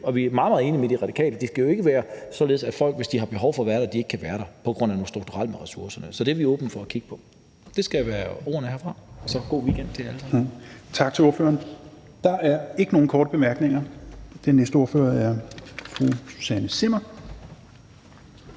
Og vi er meget, meget enige med De Radikale – det skal jo ikke være således, at folk, hvis de har behov for at være der, ikke kan være der på grund af noget strukturelt i forhold til ressourcer. Så det er vi åbne over for at kigge på. Det skal være ordene herfra. Så god weekend til jer alle sammen. Kl. 16:47 Tredje næstformand (Rasmus Helveg Petersen): Tak til ordføreren. Der er ikke nogen korte bemærkninger. Den næste ordfører er fru Susanne Zimmer.